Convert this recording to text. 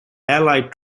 allied